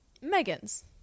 Megan's